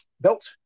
belt